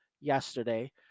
yesterday